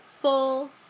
full